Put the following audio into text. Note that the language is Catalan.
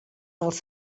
dels